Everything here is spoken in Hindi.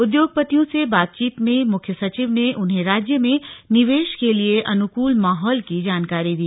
उद्योगपतियों से बातचीत में मुख्य सचिव ने उन्हें राज्य में निवेश के लिए अनुकूल माहौल की जानकारी दी